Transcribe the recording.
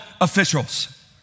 officials